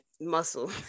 Muscle